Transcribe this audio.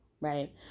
Right